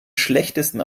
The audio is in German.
schlechtesten